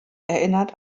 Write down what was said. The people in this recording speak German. erinnert